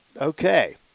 Okay